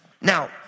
Now